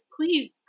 please